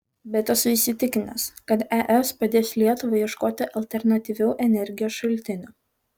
bet esu įsitikinęs kad es padės lietuvai ieškoti alternatyvių energijos šaltinių